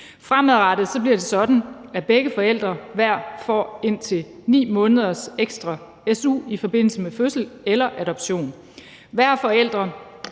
Fremadrettet bliver det sådan, at begge forældre hver får indtil 9 måneders ekstra su i forbindelse med fødsel eller adoption.